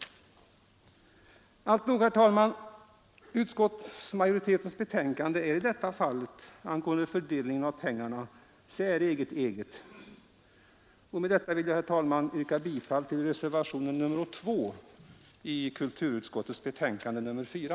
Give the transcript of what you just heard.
Alltnog, herr talman, utskottsmajoritetens betänkande är, när det gäller fördelningen av pengarna, säreget eget. Herr talman! Med detta vill jag yrka bifall till reservationen 2 i kulturutskottets betänkande nr 4.